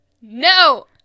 No